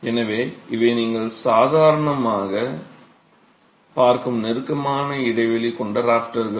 எனவே இவை நீங்கள் சாதாரணமாகப் பார்க்கும் நெருக்கமான இடைவெளி கொண்ட ராஃப்டர்கள்